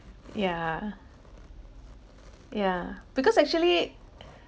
yeah yeah because actually